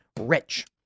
rich